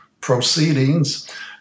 proceedings